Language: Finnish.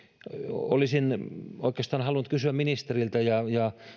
olisin oikeastaan halunnut kysyä ministeriltä ja ja